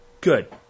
good